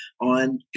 on